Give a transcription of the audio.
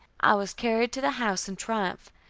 i was carried to the house in triumph.